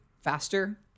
faster